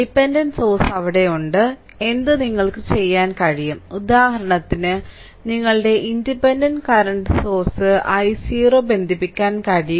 dependent source അവിടെയുണ്ട് എന്ത് നിങ്ങൾക്ക് ചെയ്യാൻ കഴിയും ഉദാഹരണത്തിന് നിങ്ങളുടെ ഇൻഡിപെൻഡന്റ് കറന്റ് സോഴ്സ് i0 ബന്ധിപ്പിക്കാൻ കഴിയും